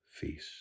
feast